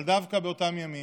אבל דווקא באותם ימים,